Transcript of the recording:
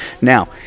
Now